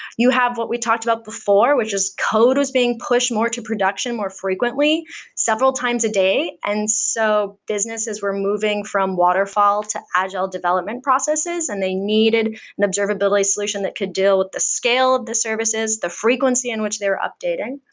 you have what we talked about before, which code was being pushed more to production more frequently several times a day. and so businesses were moving from waterfall to agile development processes and they needed an observability solution that could deal with the scale of the services, the frequency in which they are updating.